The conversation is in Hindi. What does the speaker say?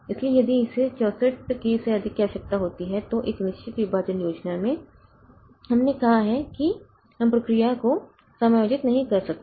इसलिए यदि इसे 64 K से अधिक की आवश्यकता होती है तो एक निश्चित विभाजन योजना में हमने कहा है कि हम प्रक्रिया को समायोजित नहीं कर सकते